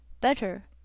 Better